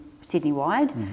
Sydney-wide